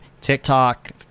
TikTok